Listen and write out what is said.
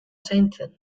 zaintzen